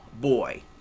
boy